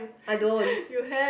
I don't